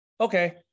Okay